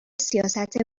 سیاست